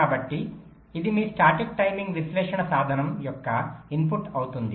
కాబట్టి ఇది మీ స్టాటిక్ టైమింగ్ విశ్లేషణ సాధనం యొక్క ఇన్పుట్ అవుతుంది